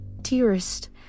dearest